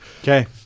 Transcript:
Okay